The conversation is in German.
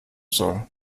soll